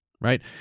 Right